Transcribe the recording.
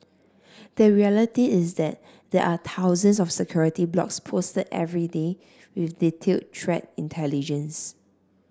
the reality is that there are thousands of security blogs posted every day with detailed threat intelligence